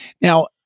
now